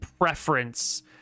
preference